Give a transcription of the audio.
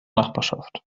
nachbarschaft